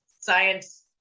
science